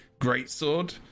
Greatsword